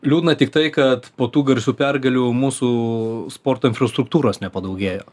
liūdna tik tai kad po tų garsių pergalių mūsų sporto infrastruktūros nepadaugėjo